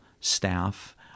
staff